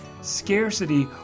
Scarcity